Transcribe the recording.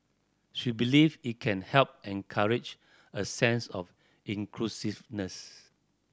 she believes it can help encourage a sense of inclusiveness